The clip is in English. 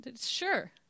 Sure